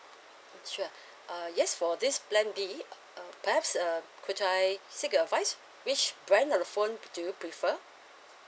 sure uh yes for this plan B uh perhaps uh could I seek your advise which brand of the phone do you prefer